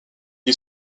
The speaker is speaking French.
est